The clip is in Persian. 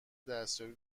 دستیابی